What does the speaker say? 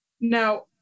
Now